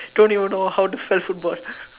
don't even know how to play football